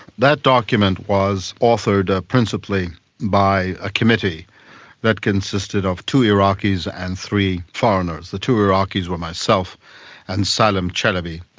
that document was authored ah principally by a committee that consisted of two iraqis and three foreigners. the two iraqis were myself and salem chalabi,